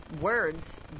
words